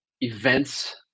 events